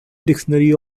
dictionary